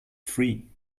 free